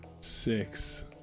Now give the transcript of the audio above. six